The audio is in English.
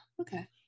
okay